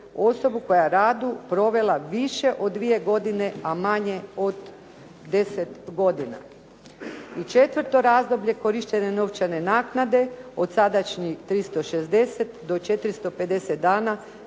osoba koja je u radu provela više od 2 godine a manje od 10 godine. I četvrto razdoblje korištenja novčane naknade od sadašnjih 360 do 450 dana